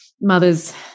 mother's